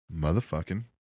motherfucking